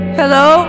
hello